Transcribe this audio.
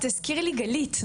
נכון?